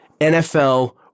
NFL